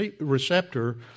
receptor